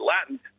Latin